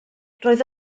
roedd